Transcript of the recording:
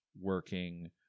working